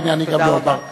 הנה אני גם לא אוסיף.